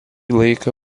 laiką